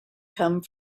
come